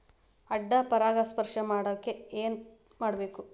ಅಡ್ಡ ಪರಾಗಸ್ಪರ್ಶ ತಡ್ಯಾಕ ಏನ್ ಮಾಡ್ಬೇಕ್?